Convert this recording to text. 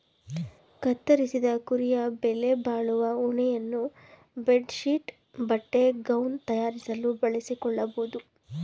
ಕತ್ತರಿಸಿದ ಕುರಿಯ ಬೆಲೆಬಾಳುವ ಉಣ್ಣೆಯನ್ನು ಬೆಡ್ ಶೀಟ್ ಬಟ್ಟೆ ಗೌನ್ ತಯಾರಿಸಲು ಬಳಸಿಕೊಳ್ಳಬೋದು